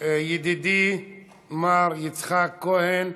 ידידי מר יצחק כהן,